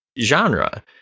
genre